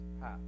path